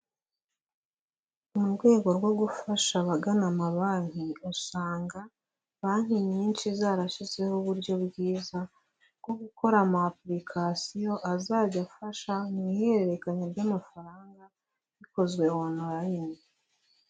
Mu rwego rwo gufasha abagana amabanki, usanga banki nyinshi zarashyizeho uburyo bwiza bwo gukora ama apulikation azajya afasha mu ihererekanya ry'amafaranga bikozwe onulaini.